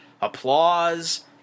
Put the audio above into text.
applause